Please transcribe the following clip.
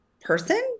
person